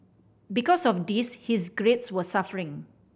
because of this his grades were suffering